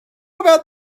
about